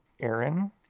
Aaron